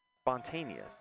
spontaneous